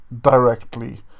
directly